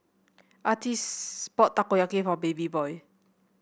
Artis bought Takoyaki for Babyboy